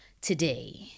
today